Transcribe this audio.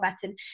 button